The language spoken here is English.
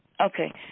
Okay